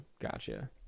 gotcha